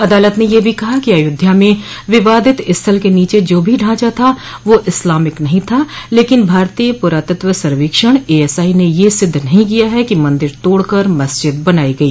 अदालत ने ये भी कहा कि अयोध्या में विवादित स्थल के नीचे जो भी ढांचा था वह इस्लामिक नहीं था लेकिन भारतीय पुरातत्व सर्वेक्षण एएसआई ने यह सिद्ध नहीं किया है कि मंदिर तोड़कर मस्जिद बनाई गई